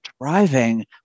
driving